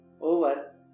over